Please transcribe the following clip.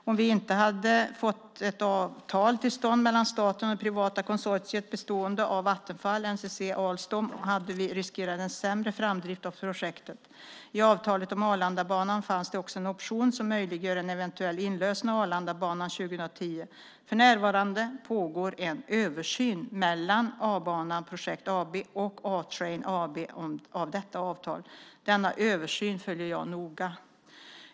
Om vi inte hade fått ett avtal till stånd mellan staten och det privata konsortiet bestående av Vattenfall, NCC och Alstom hade vi riskerat en sämre framdrift av projektet. I avtalet om Arlandabanan finns det också en option som möjliggör en eventuell inlösen av Arlandabanan 2010. För närvarande pågår en översyn mellan A-banan Projekt AB och A-Train AB av detta avtal. Denna översyn följer jag noga.